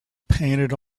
painted